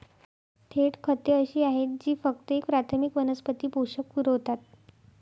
थेट खते अशी आहेत जी फक्त एक प्राथमिक वनस्पती पोषक पुरवतात